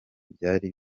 byari